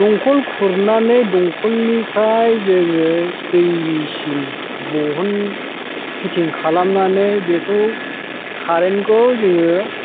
दंखल खुरनानै दंखलनिफ्राय जोङो दै मेचिन बहन फिटिं खालामनानै बेखौ कारेनखौ जोङो